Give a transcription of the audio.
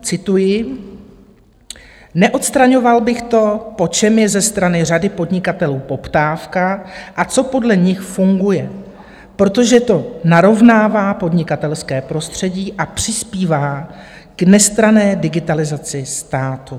Cituji: Neodstraňoval bych to, po čem je ze strany řady podnikatelů poptávka a co podle nich funguje, protože to narovnává podnikatelské prostředí a přispívá k nestranné digitalizaci státu.